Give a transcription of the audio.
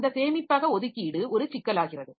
அந்த சேமிப்பக ஒதுக்கீடு ஒரு சிக்கலாகிறது